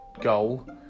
goal